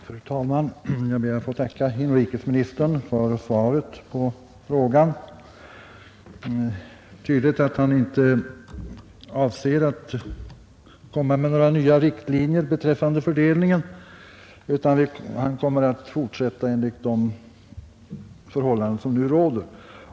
Fru talman! Jag ber att få tacka inrikesministern för svaret på min fråga. Det är tydligt att han inte avser att komma med några nya riktlinjer beträffande fördelningen utan ämnar fortsätta enligt de bestämmelser som nu råder.